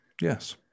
Yes